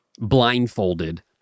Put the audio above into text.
blindfolded